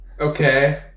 Okay